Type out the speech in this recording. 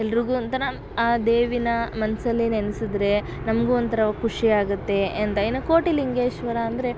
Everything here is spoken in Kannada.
ಎಲ್ಲರಿಗು ಒಂಥರ ಆ ದೇವಿನಾ ಮನ್ಸಲ್ಲೆ ನೆನಸಿದ್ರೆ ನಮಗೂ ಒಂಥರ ಖುಷಿ ಆಗುತ್ತೆ ಎಂತ ಇನ್ನು ಕೋಟಿಲಿಂಗೇಶ್ವರ ಅಂದರೆ